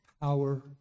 power